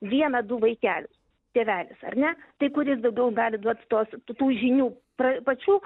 vieną du vaikelius tėvelis ar ne tai kuris daugiau gali duot tuos tų žinių pra pačių